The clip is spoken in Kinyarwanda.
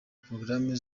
porogaramu